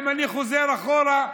אם אני חוזר אחורה,